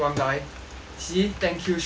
see ten kills streak leh